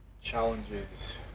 challenges